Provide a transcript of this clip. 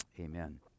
Amen